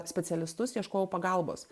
specialistus ieškojau pagalbos